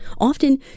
often